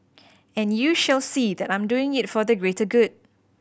and you shall see that I'm doing it for the greater good